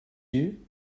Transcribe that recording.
you